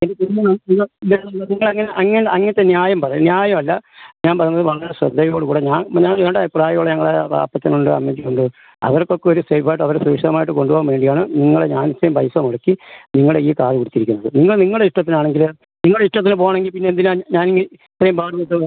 അങ്ങനെ അങ്ങനത്തെ ന്യായം പറയല്ല ന്യായമല്ല ഞാൻ പറയുന്നത് വളരെ ശ്രദ്ധയോട് കൂടെ ഞാൻ ഞങ്ങളുടെ പ്രായമുള്ള ഞങ്ങളെ ആ അപ്പച്ചനുണ്ട് അമ്മച്ചിയുണ്ട് അവർക്കൊക്കെ ഒരു സേഫായിട്ട് അവരെ സുരക്ഷിതമായിട്ട് കൊണ്ട് പോവാൻ വേണ്ടിയാണ് നിങ്ങളെ ഞാൻ ഇത്രയും പൈസ മുടക്കി നിങ്ങളെ ഈ കാറ് പിടിച്ചിരിക്കുന്നത് നിങ്ങൾ നിങ്ങളെ ഇഷ്ടത്തിനാണെങ്കിൽ നിങ്ങളെ ഇഷ്ടത്തിന് പോവാനാണെങ്കിൽ പിന്നെ എന്തിനാണ് ഞാൻ ഇത് ഇത്രയും പാടു പെട്ടത്